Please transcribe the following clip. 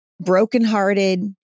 brokenhearted